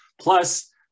Plus